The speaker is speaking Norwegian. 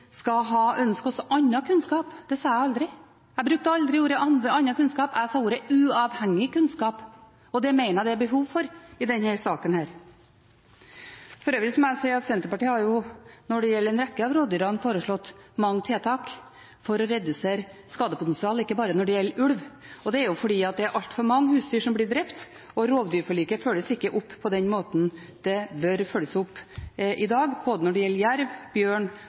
skal ha ønsket oss annen kunnskap. Det sa jeg aldri. Jeg brukte aldri begrepet «annen» kunnskap, jeg sa «uavhengig» kunnskap, og det mener jeg det er behov for i denne saken. For øvrig må jeg si at Senterpartiet har foreslått mange tiltak for å redusere skadepotensialet når det gjelder en rekke av rovdyrene, ikke bare når det gjelder ulv, og det er fordi det er altfor mange husdyr som blir drept. Rovdyrforliket følges i dag ikke opp på den måten det bør følges opp, når det gjelder verken jerv, bjørn